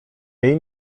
jej